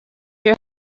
your